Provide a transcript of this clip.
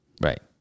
Right